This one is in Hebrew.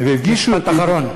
והפגישו אותי משפט אחרון.